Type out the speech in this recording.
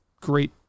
great